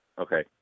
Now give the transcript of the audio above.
Okay